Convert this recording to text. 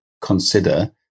consider